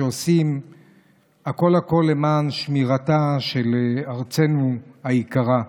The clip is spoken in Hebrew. שעושים הכול הכול למען שמירתה של ארצנו היקרה.